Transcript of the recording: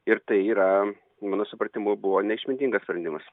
ir tai yra mano supratimu buvo neišmintingas sprendimas